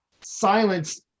silence